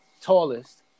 tallest